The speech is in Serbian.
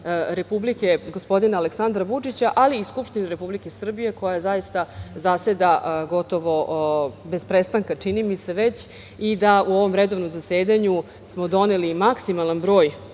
Republike, gospodina Aleksandra Vučića, ali i Skupštine Republike Srbije, koja zaista zaseda gotovo bez prestanka, čini mi se, i da u ovom redovnom zasedanju smo doneli maksimalan broj